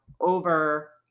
over